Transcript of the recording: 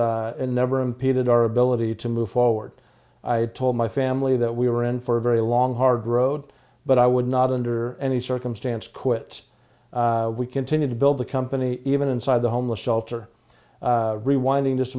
company and it never impeded our ability to move forward i told my family that we were in for a very long hard road but i would not under any circumstance quit we continued to build the company even inside the homeless shelter rewinding just